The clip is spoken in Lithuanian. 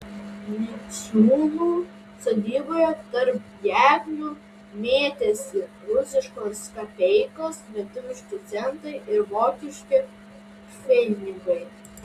miciūnų sodyboje tarp gegnių mėtėsi rusiškos kapeikos lietuviški centai ir vokiški pfenigai